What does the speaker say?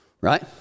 right